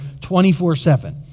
24-7